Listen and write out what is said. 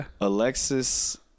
Alexis